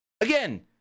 again